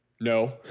No